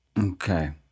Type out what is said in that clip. Okay